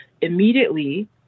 immediately